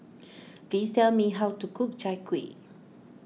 please tell me how to cook Chai Kuih